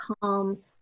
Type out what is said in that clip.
calm